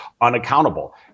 unaccountable